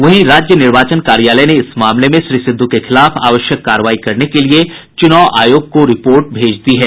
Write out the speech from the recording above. वहीं राज्य निर्वाचन कार्यालय ने इस मामले में श्री सिद्धू के खिलाफ आवश्यक कार्रवाई करने के लिए चुनाव आयोग को रिपोर्ट भेज दी है